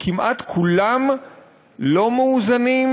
כמעט כולם לא מאוזנים,